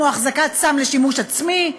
כמו החזקת סם לשימוש עצמי,